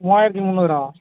மூவாயிரத்து முந்நூறா